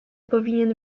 powinien